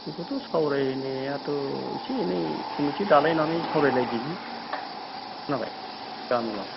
बेखौथ' सावरायनायाथ' एसे एनै कमिटि दालायनानै सावरायलायदिनि खोनाबाय गामियाव